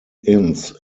inns